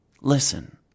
listen